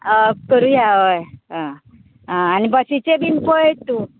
अ करूया अय आ आ आनी बसिचें बीन पय तूं